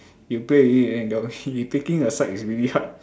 you play with me and then you taking a side is really hard